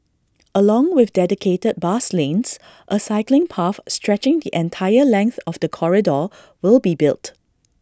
along with dedicated bus lanes A cycling path stretching the entire length of the corridor will be built